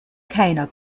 keiner